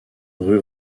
rue